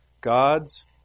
God's